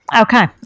Okay